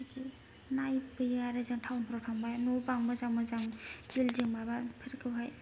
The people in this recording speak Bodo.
बिदि नायबोयो आरो जों टाउनफोराव थांब्ला न' बां मोजां मोजां बिल्डिं माबाफोरखौहाय